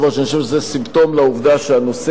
אני חושב שזה סימפטום לעובדה שהנושא הזה